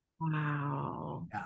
Wow